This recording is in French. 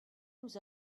nous